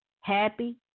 happy